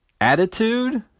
Attitude